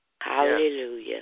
Hallelujah